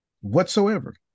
Whatsoever